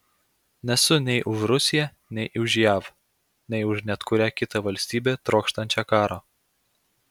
nesu nei už rusiją nei už jav nei už net kurią kitą valstybę trokštančią karo